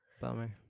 Bummer